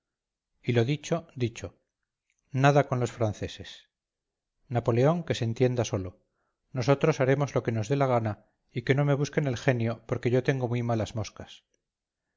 y lo dicho dicho nada con los franceses napoleón que se entienda solo nosotros haremos lo que nos dé la gana y que no me busquen el genio porque yo tengo muy malas moscas